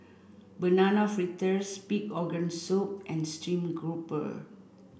banana fritters pig organ soup and stream grouper